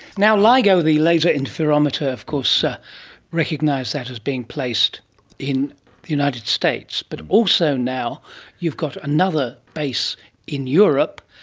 ligo, the later interferometer of course ah recognised that as being placed in the united states, but also now you've got another base in europe,